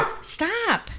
Stop